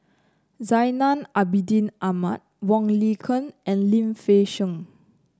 Zainal Abidin Ahmad Wong Lin Ken and Lim Fei Shen